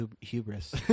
hubris